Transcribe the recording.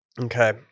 Okay